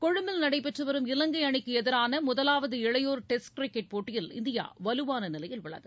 கொழும்பில் நடைபெற்றுவரும் இலங்கைஅணிக்குஎதிரானமுதவாவது இளையோர் டெஸ்ட் கிரிக்கெட் போட்டியில் இந்தியாவலுவானநிலையில் உள்ளது